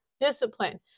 discipline